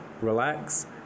relax